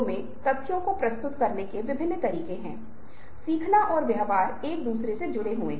तो क्या होता है नंबर एक कि यहाँ पर दो तरह के जोड़तोड़ होते हैं